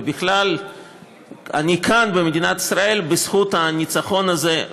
ובכלל אני כאן במדינת ישראל בזכות הניצחון הזה.